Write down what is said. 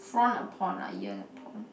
frown upon ah yearn upon